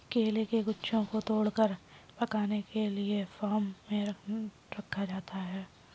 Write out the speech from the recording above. केले के गुच्छों को तोड़कर पकाने के लिए फार्म में रखा जाता है